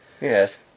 Yes